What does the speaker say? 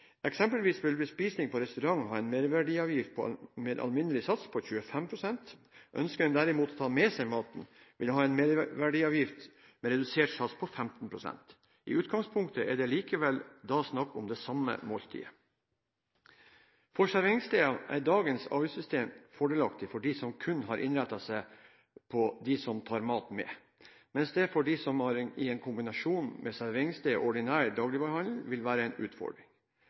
Eksempelvis vil bespisning på restaurant ha en merverdiavgift med alminnelig sats på 25 pst. Ønsker en derimot å ta med seg maten, vil en ha en merverdiavgift med redusert sats på 15 pst. I utgangspunktet er det likevel snakk om det samme måltidet. For serveringsstedene er dagens avgiftssystem fordelaktig for dem som kun er innrettet på dem som tar med seg maten, mens det vil være en utfordring for dem som har en kombinasjon av serveringssted og ordinær dagligvarehandel. For restauranter og serveringssteder blir dette derfor en